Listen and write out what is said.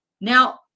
Now